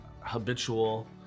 habitual